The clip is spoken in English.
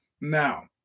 Now